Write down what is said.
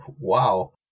Wow